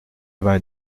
vingt